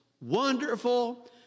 wonderful